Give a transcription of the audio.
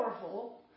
powerful